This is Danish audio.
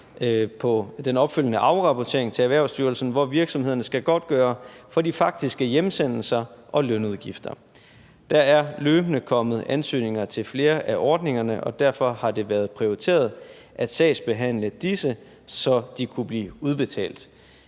med den opfølgende afrapportering til Erhvervsstyrelsen, hvor virksomhederne skal godtgøre for de faktiske hjemsendelser og lønudgifter. Der er løbende kommet ansøgninger til flere af ordningerne, og derfor har det været prioriteret at sagsbehandle disse, så de kunne blive udbetalt.